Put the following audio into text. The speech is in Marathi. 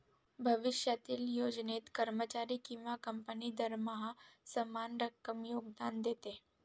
भविष्यातील योजनेत, कर्मचारी किंवा कंपनी दरमहा समान रक्कम योगदान देते